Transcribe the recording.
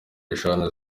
eshanu